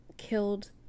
killed